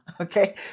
okay